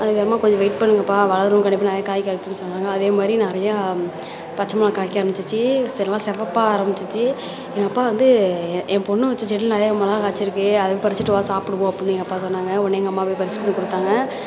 அதுக்கப்புறமா கொஞ்சம் வெயிட் பண்ணுங்கப்பா வளரும் கண்டிப்பாக நிறையா காய் காய்க்கும்னு சொன்னாங்க அதேமாதிரி நிறையா பச்சைமொளகா காய்க்க ஆரமிச்சிச்சு செம செவப்பாக ஆரமிச்சிச்சு எங்கள் அப்பா வந்து என் பொண்ணு வச்ச செடியில் நிறையா மொளகாய் காய்ச்சிருக்கு அதை பறிச்சுட்டு வா சாப்பிடுவோம் அப்படினு எங்கள் அப்பா சொன்னாங்க உடனே எங்கள் அம்மா போய் பறிச்சுட்டு வந்து கொடுத்தாங்க